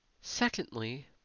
Secondly